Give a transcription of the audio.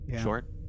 short